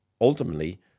ultimately